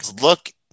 Look